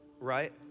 right